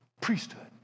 priesthood